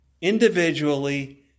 individually